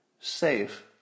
safe